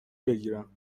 بگیرم